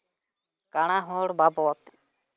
ᱠᱟᱬᱟ ᱦᱚᱲ ᱵᱟᱵᱚᱫ